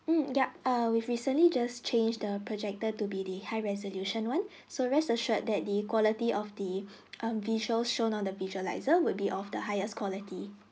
mm yup err we've recently just change the projector to be the high resolution [one] so rest assured that the quality of the um visual shown on the visualisers would be of the highest quality